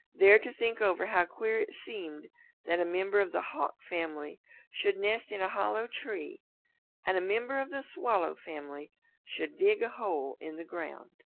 there to think over how queer it seemed that a member of the hawk family should nest in a hollow tree and a member of the swallow family should dig a hole in the ground.